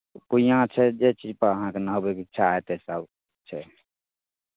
कुइआँ छै जे चीजपर अहाँकेँ नहबैके इच्छा हेतै सभ छै